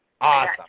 Awesome